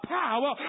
power